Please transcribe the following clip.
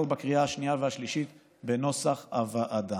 בקריאה השנייה והשלישית בנוסח הוועדה.